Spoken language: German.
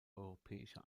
europäische